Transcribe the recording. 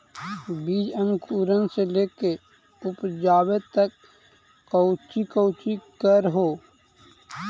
बीज अंकुरण से लेकर उपजाबे तक कौची कौची कर हो?